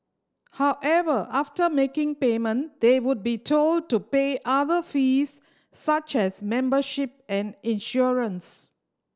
however after making payment they would be told to pay other fees such as membership and insurance